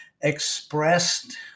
expressed